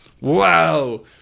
Wow